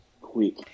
quick